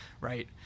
right